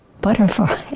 butterfly